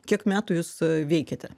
kiek metų jūs veikiate